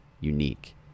unique